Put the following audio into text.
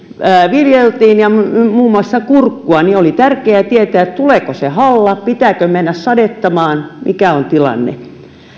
viljeltiin ja muun muassa kurkkua oli tärkeä tietää tuleeko se halla pitääkö mennä sadettamaan mikä on tilanne